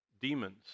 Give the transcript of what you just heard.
demons